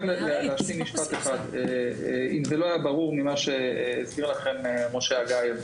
היה ברור ממה שמשה הסביר,